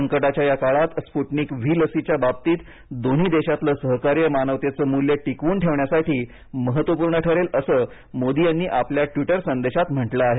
संकटाच्या या काळात स्पुटनिक व्ही लसीच्या बाबतीत दोन्ही देशातलं सहकार्य मानवतेचं मूल्य टिकवून ठेवण्यासाठी महत्त्वपूर्ण ठरेल असं मोदी यांनी आपल्या ट्वीटर संदेशात म्हटलं आहे